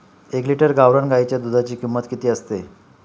एक लिटर गावरान गाईच्या दुधाची किंमत किती असते?